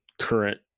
current